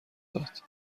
داد